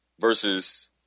versus